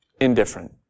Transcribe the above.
indifferent